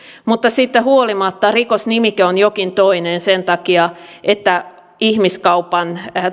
mutta siitä huolimatta rikosnimike on jokin toinen sen takia että ihmiskaupan